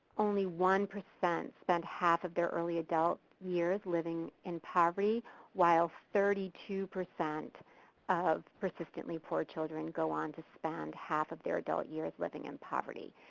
only one percent spend half of their early adult years living in poverty while thirty two percent of persistently poor children go on to spend half of their adult years living in poverty.